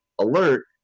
alert